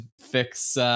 fix